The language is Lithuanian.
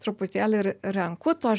truputėlį ir renku tuos